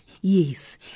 Yes